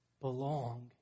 belong